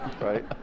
right